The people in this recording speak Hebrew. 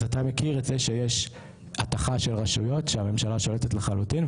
אז אתה מכיר את זה שיש הטחה של רשויות שהממשלה שולטת לחלוטין,